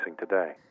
today